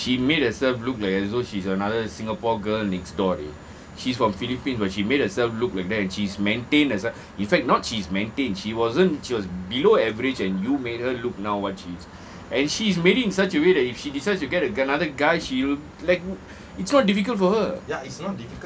eh she made herself look like as though she's another singapore girl next door she's from philippines but she made herself look that and she's maintained herself in fact not she's maintained she wasn't she was below average and you made her look now what she's and she's meeting marrying in such a way that if she decides to get a gu~ another guy she'll like it's not difficult for her